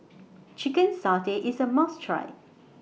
Chicken Satay IS A must Try